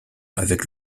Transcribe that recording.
avec